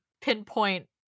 pinpoint